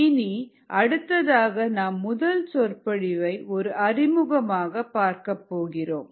இனி அடுத்ததாக நாம் முதல் சொற்பொழிவை ஒரு அறிமுகமாக பார்க்கப்போகிறோம்